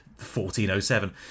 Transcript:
1407